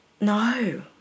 No